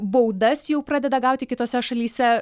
baudas jau pradeda gauti kitose šalyse